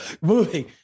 moving